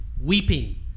Weeping